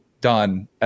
done